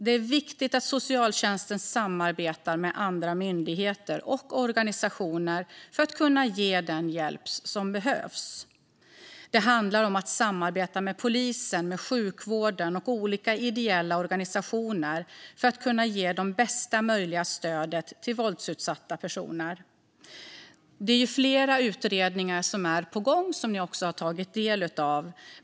Det är också viktigt att socialtjänsten samarbetar med andra myndigheter och organisationer för att kunna ge den hjälp som behövs. Det handlar om att samarbeta med polisen, sjukvården och olika ideella organisationer för att kunna ge det bästa möjliga stödet till våldsutsatta personer. Det finns flera utredningar som är på gång, som vi har tagit del av.